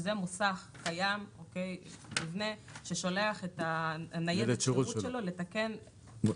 שזה מוסך קיים ששולח את ניידת השירות שלו לתקן רכב.